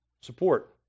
Support